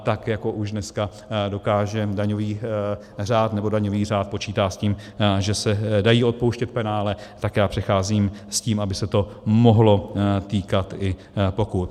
Tak jako už dneska dokáže daňový řád, nebo daňový řád počítá s tím, že se dají odpouštět penále, tak já přicházím s tím, aby se to mohlo týkat i pokut.